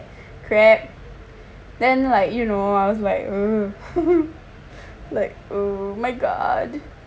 crap then like you know I was like I'm like oh my god